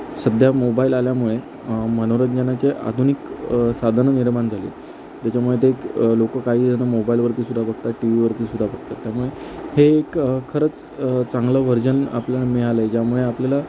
सध्या मोबाईल आल्यामुळे मनोरंजनाचे आधुनिक साधनं निर्माण झाली त्याच्यामुळे ते एक लोकं काहीजण मोबाईलवरती सुद्धा बघतात टिवीवरती सुद्धा बघतात त्यामुळे हे एक खरंच चांगलं व्हर्जन आपल्याला मिळालं आहे ज्यामुळे आपल्याला